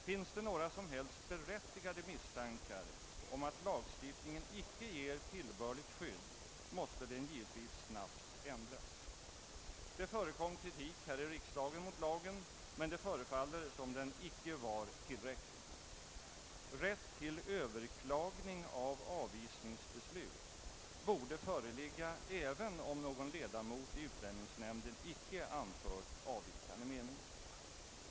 Finns några som helst berättigade misstankar om att lagstiftningen icke ger tillbörligt skydd, måste den givetvis snabbt ändras. Det förekom här i riksdagen kritik mot lagen, men det förefaller som om den icke var tillräcklig. Rätt till överklagning av avvisningsbeslut borde föreligga även om icke någon ledamot i utlänningsnämnden anfört avvikande mening.